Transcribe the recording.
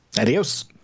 Adios